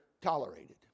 tolerated